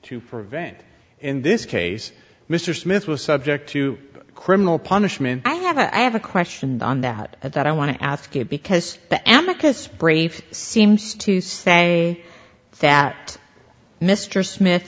to prevent in this case mr smith was subject to criminal punishment i have a i have a question on that at that i want to ask it because i am a kiss brave seems to say that that mr smith